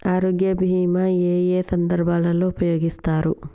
ఆరోగ్య బీమా ఏ ఏ సందర్భంలో ఉపయోగిస్తారు?